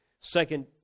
Second